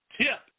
tip